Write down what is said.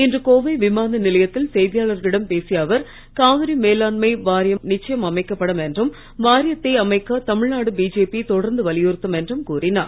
இன்று கோவை விமான நிலையத்தில் செய்தியாளர்களிடம் பேசிய அவர் காவிரி மேலாண்மை வாரியம் நிச்சயம் அமைக்கப்படும் என்றும் வாரியத்தை அமைக்க தமிழ்நாடு பிஜேபி தொடர்ந்து வலியுறுத்தும் என்றும் கூறினார்